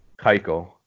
Keiko